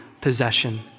possession